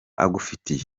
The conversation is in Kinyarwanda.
agufitiye